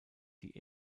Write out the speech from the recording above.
die